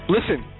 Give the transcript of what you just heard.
Listen